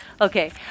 Okay